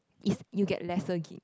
is you get lesser gig